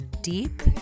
deep